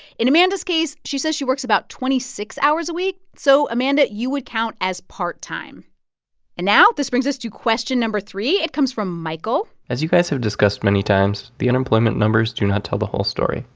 in amanda's case, she says she works about twenty six hours a week. so amanda, you would count as part time and now, this brings us to question no. three. it comes from michael as you guys have discussed many times, the unemployment numbers do not tell the whole story.